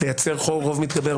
זכויות אסירים,